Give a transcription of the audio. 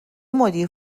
مدیر